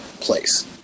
place